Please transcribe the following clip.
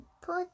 put